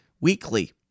Weekly